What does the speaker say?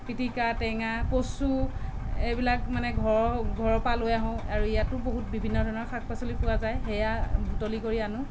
পিটিকা টেঙা কচু এইবিলাক মানে ঘৰ ঘৰৰ পৰা লৈ আহো আৰু ইয়াতো বহুত বিভিন্ন ধৰণৰ শাক পাচলি পোৱা যায় সেয়া বুটলি কৰি আনো